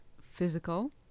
physical